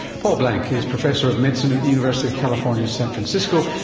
paul blanc is professor of medicine at the university of california, san francisco,